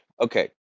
okay